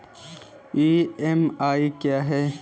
EMI क्या है?